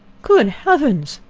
good heavens!